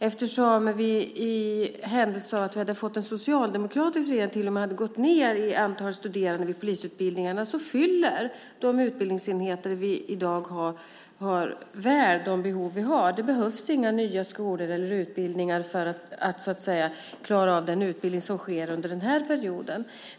Eftersom vi i händelse av att vi hade fått en socialdemokratisk regering till och med hade gått ned i antalet studerande vid polisutbildningarna, fyller de utbildningsenheter som vi i dag har väl behoven. Det behövs inga nya skolor eller utbildningar för att klara av den utbildning som ska ske under den här perioden.